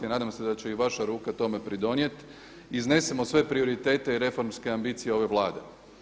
Nadam se da će i vaša ruka tome pridonijeti iznesemo sve prioritete i reformske ambicije ove Vlade.